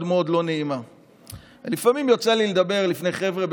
לא להציע שתאמר דבר תורה.